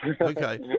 Okay